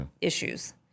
issues